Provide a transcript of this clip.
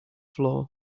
floor